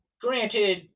granted